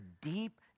deep